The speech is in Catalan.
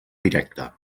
directe